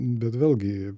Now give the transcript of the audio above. bet vėlgi